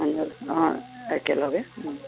অঁ একেলগে